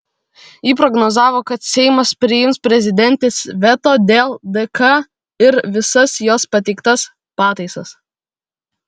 ji prognozavo kad seimas priims prezidentės veto dėl dk ir visas jos pateiktas pataisas